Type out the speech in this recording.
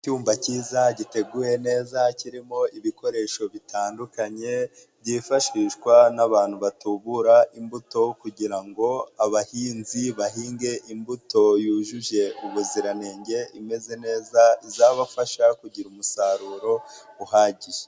Icyumba cyiza giteguwe neza, kirimo ibikoresho bitandukanye byifashishwa n'abantu batubura imbuto kugira ngo abahinzi bahinge imbuto yujuje ubuziranenge imeze neza, izabafasha kugira umusaruro uhagije.